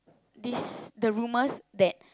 this the rumours that